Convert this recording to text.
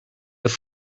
this